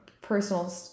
personal